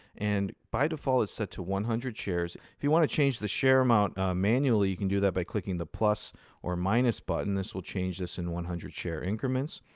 and by default, it's set to one hundred shares. if you want to change the share amount manually, you can do that by clicking the plus or minus button. this will change this in one hundred share increments.